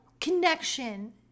connection